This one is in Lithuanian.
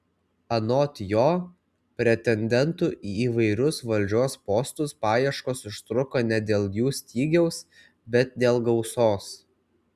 anot jo pretendentų į įvairius valdžios postus paieškos užtruko ne dėl jų stygiaus bet dėl gausos